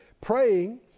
praying